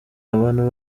abantu